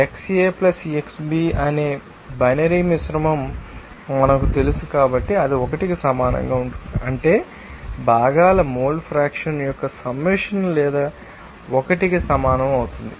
XA XB అని binary మిశ్రమం మనకు తెలుసు కాబట్టి అది 1 కి సమానంగా ఉంటుంది అంటే భాగాల మోల్ ఫ్రాక్షన్ యొక్క సమ్మషన్ లేదా 1 కి సమానం అవుతుంది